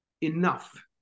enough